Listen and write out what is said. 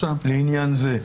לעניין זה,